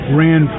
ran